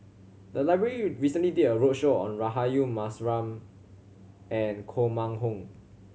the library recently did a roadshow on Rahayu Mahzam and Koh Mun Hong